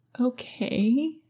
Okay